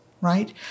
right